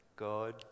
God